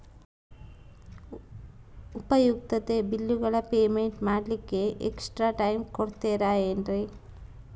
ಉಪಯುಕ್ತತೆ ಬಿಲ್ಲುಗಳ ಪೇಮೆಂಟ್ ಮಾಡ್ಲಿಕ್ಕೆ ಎಕ್ಸ್ಟ್ರಾ ಟೈಮ್ ಕೊಡ್ತೇರಾ ಏನ್ರಿ?